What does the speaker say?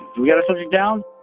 we got a subject down?